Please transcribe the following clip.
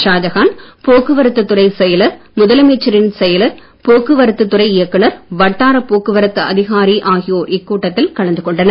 ஷாஜஹான் போக்குவரத்துத் துறைச் செயலர் முதலமைச்சரின் செயலர் போக்குவரத்துத் தறை இயக்குனர் வட்டாரப் போக்குவரத்து அதிகாரி ஆகியோர் இக்கூட்டத்தில் கலந்து கொண்டனர்